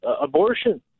abortion